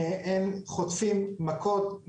הם חוטפים מכות,